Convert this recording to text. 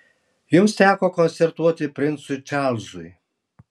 jums teko koncertuoti princui čarlzui